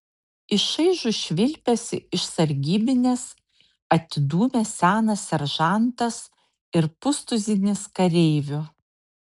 į šaižų švilpesį iš sargybinės atidūmė senas seržantas ir pustuzinis kareivių